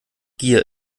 gier